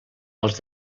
els